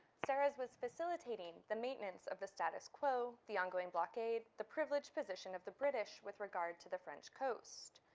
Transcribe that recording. serres was facilitating the maintenance of the status quo, the ongoing blockade, the privileged position of the british with regard to the french coast.